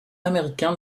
américain